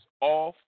off